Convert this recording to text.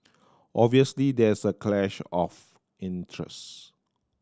obviously there is a clash of interest